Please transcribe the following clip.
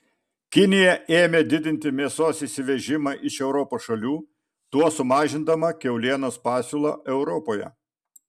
kinija ėmė didinti mėsos įsivežimą iš europos šalių tuo sumažindama kiaulienos pasiūlą europoje